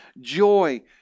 joy